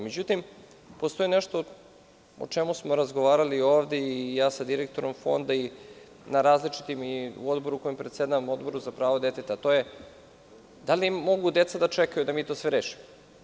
Međutim, postoji nešto o čemu smo razgovarali ovde i ja sa direktorom Fonda, i na odboru kojim predsedavam, Odboru za prava deteta, a to je - da li mogu deca da čekaju da mi sve to rešimo?